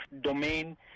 domain